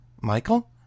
Michael